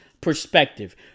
perspective